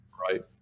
right